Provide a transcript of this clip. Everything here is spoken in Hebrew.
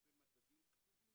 שזה מדדים כתובים